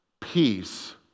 Peace